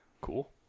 Cool